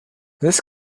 this